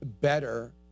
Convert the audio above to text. better